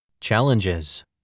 Challenges